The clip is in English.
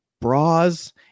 bras